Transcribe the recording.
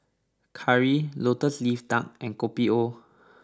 Curry Lotus Leaf Duck and Kopi O